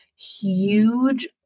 Huge